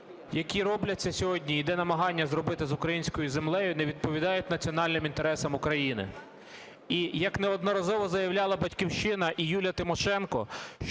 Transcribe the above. які робляться сьогодні, іде намагання зробити з українською землею, не відповідають національним інтересам України. І як неодноразово заявляла "Батьківщина" і Юлія Тимошенко,